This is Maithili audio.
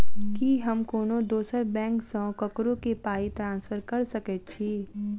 की हम कोनो दोसर बैंक सँ ककरो केँ पाई ट्रांसफर कर सकइत छि?